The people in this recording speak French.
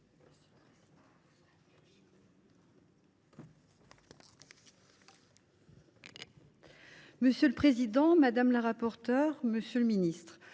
Monsieur le président, madame la rapporteure, monsieur l’auteur